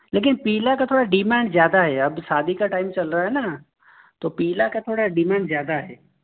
लेकिन पीला का थोड़ा डिमांड ज़्यादा है अब शादी का टाइम चल रहा है ना तो पीला का थोड़ा डिमांड ज़्यादा है